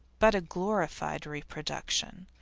but a glorified reproduction.